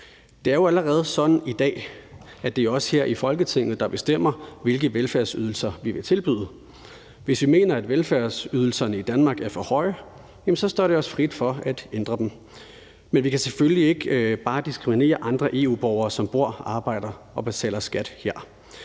Det er jo allerede sådan i dag, at det er os her i Folketinget, der bestemmer, hvilke velfærdsydelser vi vil tilbyde. Hvis vi mener, at velfærdsydelserne i Danmark er for høje, står det os frit for at ændre dem. Men vi kan selvfølgelig ikke bare diskriminere andre EU-borgere, som bor, arbejder og betaler skat her.